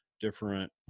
different